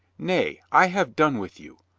nay, i have done with you.